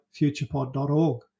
futurepod.org